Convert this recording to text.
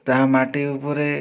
ତାହା ମାଟି ଉପରେ